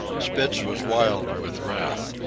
spitz was wild with wrath.